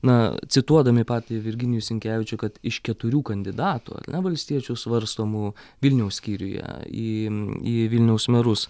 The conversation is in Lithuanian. na cituodami patį virginijų sinkevičių kad iš keturių kandidatų ar ne valstiečių svarstomų vilniaus skyriuje į į vilniaus merus